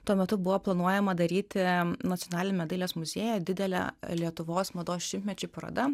tuo metu buvo planuojama daryti nacionaliniame dailės muziejuje didelę lietuvos mados šimtmečiui paroda